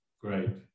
Great